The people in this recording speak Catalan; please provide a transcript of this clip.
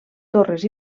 torres